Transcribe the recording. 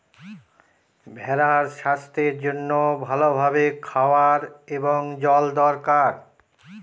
ভেড়ার স্বাস্থ্যের জন্য ভালো ভাবে খাওয়ার এবং জল দরকার